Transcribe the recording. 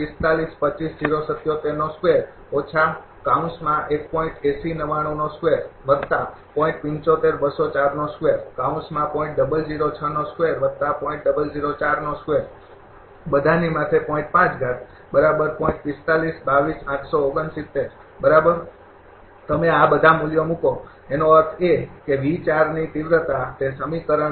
તમે આ બધા મૂલ્યો મૂકો તેનો અર્થ એ કે ની તીવ્રતા તે સમીકરણ